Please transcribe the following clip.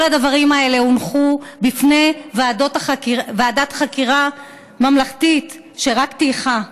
כל הדברים האלה הונחו בידי ועדת חקירה ממלכתית שרק טייחה.